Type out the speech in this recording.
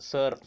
Sir